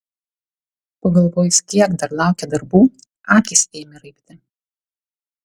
pagalvojus kiek dar laukia darbų akys ėmė raibti